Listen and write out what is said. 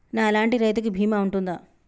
నా లాంటి రైతు కి బీమా ఉంటుందా?